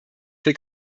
für